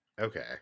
Okay